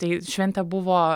tai šventė buvo